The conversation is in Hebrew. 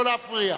לא להפריע,